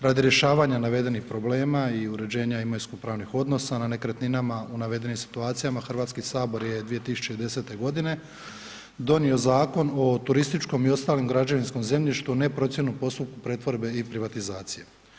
Radi rješavanja navedenih problema i uređenja imovinskopravnih odnosa na nekretninama u navedenim situacijama Hrvatski sabor je 2010. godine donio Zakon o turističkom i ostalom građevinskom zemljištu neprocijenjenom u postupku pretvorbe i privatizacije.